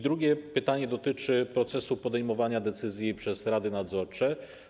Drugie pytanie dotyczy procesu podejmowania decyzji przez rady nadzorcze.